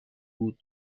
بود